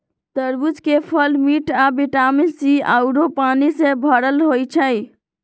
तरबूज के फल मिठ आ विटामिन सी आउरो पानी से भरल होई छई